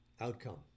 outcome